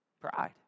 Pride